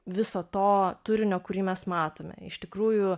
viso to turinio kurį mes matome iš tikrųjų